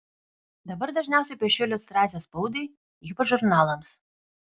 dabar dažniausiai piešiu iliustracijas spaudai ypač žurnalams